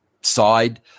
side